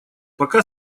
пока